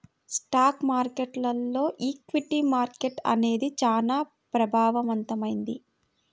stock మార్కెట్టులో equity market అనేది చానా ప్రభావవంతమైంది